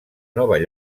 nova